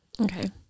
Okay